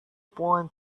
point